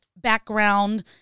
background